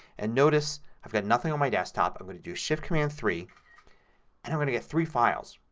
and notice i've got nothing on my desktop. i'm going to to shift command three and i'm going to get three files.